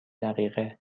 دقیقه